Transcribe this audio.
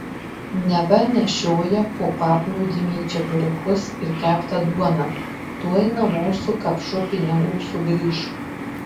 neva nešioja po paplūdimį čeburekus ir keptą duoną tuoj namo su kapšu pinigų sugrįš